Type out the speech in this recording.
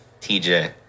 TJ